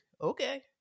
okay